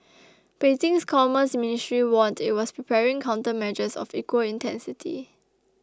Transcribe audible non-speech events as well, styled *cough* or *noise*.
*noise* Beijing's commerce ministry warned it was preparing countermeasures of equal intensity